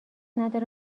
نداره